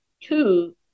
two